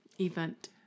Event